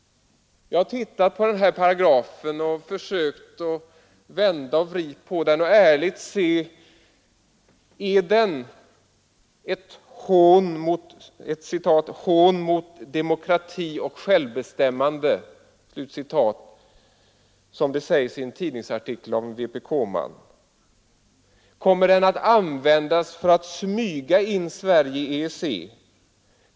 Jag har studerat denna paragraf och försökt vända och vrida på den för att ärligt kunna avgöra om den är ett ”hot mot demokrati och självbestämmande”, som det sägs i en tidningsartikel av en vpk-man. Kommer den att användas för att smyga in Sverige i EEC?